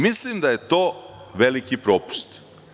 Mislim da je to veliki propust.